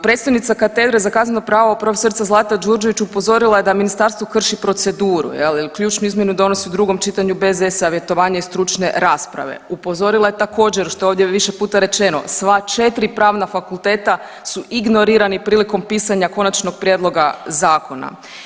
Predstojnica katedre za kazneno pravo prof. Zlata Đurđević upozorila je da ministarstvo krši proceduru jel, jel ključnu izmjenu donosi u drugom čitanju bez e-savjetovanja i stručne rasprave, upozorila je također što je ovdje više puta rečeno sva 4 pravna fakulteta su ignorirani prilikom pisanja konačnog prijedloga zakona.